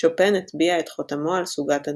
שופן הטביע את חותמו על סוגת הנוקטורן.